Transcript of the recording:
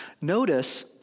Notice